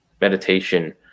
meditation